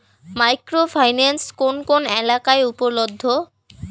Micro finance কোন কোন এলাকায় উপলব্ধ?